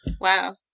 Wow